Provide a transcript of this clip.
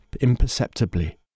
imperceptibly